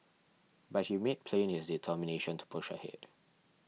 but he made plain his determination to push ahead